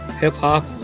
hip-hop